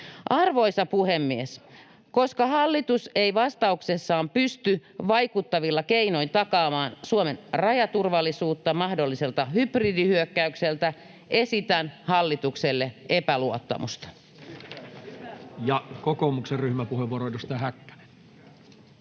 Arvoisa puhemies! Koska hallitus ei vastauksessaan pysty vaikuttavilla keinoin takaamaan Suomen rajaturvallisuutta mahdolliselta hybridihyökkäykseltä, esitän hallitukselle epäluottamusta. [Speech 11] Speaker: Toinen